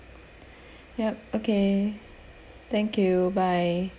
yup okay thank you bye